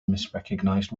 misrecognized